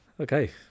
Okay